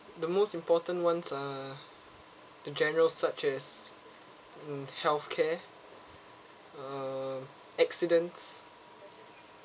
the most important [one] are the general such as hmm healthcare uh accidents